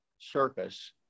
circus